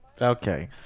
Okay